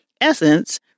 Essence